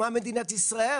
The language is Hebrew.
מה מדינת ישראל